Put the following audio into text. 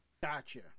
gotcha